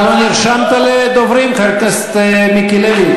אתה לא נרשמת בדוברים, חבר הכנסת מיקי לוי?